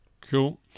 Cool